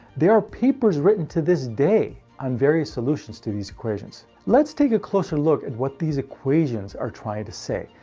there are papers written to this day, on various solutions to these equations. let's take a closer look at what these equations are trying to say.